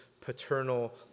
paternal